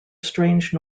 strange